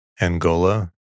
Angola